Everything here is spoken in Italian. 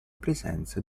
presenza